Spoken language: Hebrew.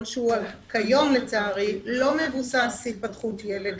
שהוא כיום לצערי לא מבוסס התפתחות ילד,